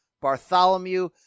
Bartholomew